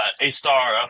A-Star